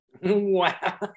Wow